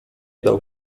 dał